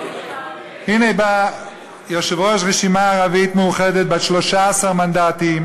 הנה בא יושב-ראש רשימה ערבית מאוחדת בת 13 מנדטים